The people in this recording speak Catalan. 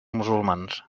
musulmans